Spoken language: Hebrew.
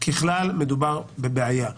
ככלל מדובר בבעיה.